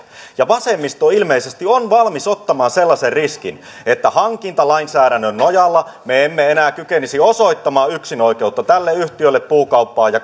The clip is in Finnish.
vasemmisto ilmeisesti on valmis ottamaan sellaisen riskin että hankintalainsäädännön nojalla me emme enää kykenisi osoittamaan yksinoikeutta tälle yhtiölle puukauppaan ja